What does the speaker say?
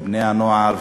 ובני-הנוער,